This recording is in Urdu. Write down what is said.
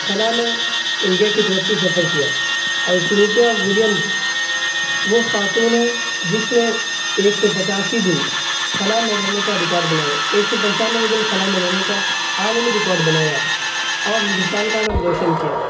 خلا میں انڈیا کی طرف سے سفر کیا اور سنیتا ولیمز وہ خاتون ہیں جس نے ایک سو پچاسی دن خلا میں رہنے کا ریکاڈ بنائے ایک سو پنچانوے دن خلا میں رہنے کا عالمی ریکاڈ بنایا اور ہندوستان کا نام روشن کیا